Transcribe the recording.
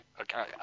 Okay